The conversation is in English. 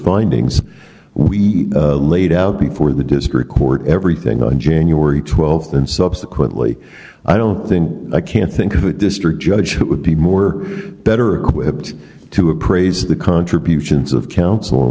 findings we laid out before the district court everything on january twelfth and subsequently i don't think i can think of a district judge who would be more better equipped to appraise the contributions of